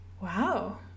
wow